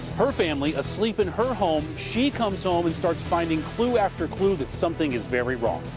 her family asleep in her home. she comes home and starts finding clue after clue that something is very wrong.